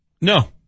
No